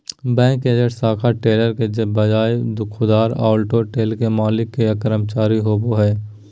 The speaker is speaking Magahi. बैंक एजेंट शाखा टेलर के बजाय खुदरा आउटलेट के मालिक या कर्मचारी होवो हइ